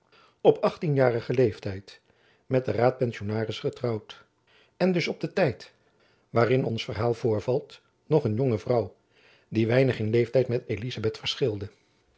op achttienjarigen leeftijd met den raadpensionaris getrouwd en dus op den tijd waarin ons verhaal voorvalt nog een jonge vrouw die weinig in leeftijd met elizabeth verschilde